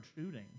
shooting